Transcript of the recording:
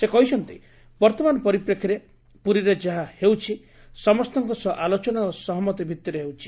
ସେ କହିଛନ୍ତି ବର୍ତ୍ତମାନ ପରିପ୍ରେକ୍ଷୀରେ ପୁରୀରେ ଯାହା ହେଉଛି ସମସ୍ତଙ୍କ ସହ ଅଲୋଚନା ଓ ସହମତି ଭିଉିରେ ହେଉଛି